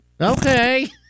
Okay